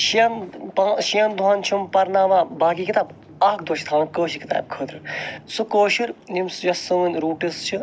شیٚن پا شیٚن دۄہُن چھِ یِم پَرناوان باقی کِتاب اکھ دۄہ چھِ تھاوان کٲشرِ کِتاب خٲطرٕ سُہ کٲشر یُس سٲنۍ روٗٹس چھِ